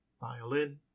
violin